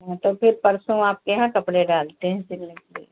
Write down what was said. हाँ तो फिर परसों आपके यहाँ कपड़े डालते हैं सिलने के लिए